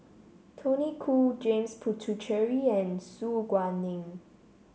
Tony Khoo James Puthucheary and Su Guaning